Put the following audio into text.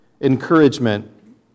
encouragement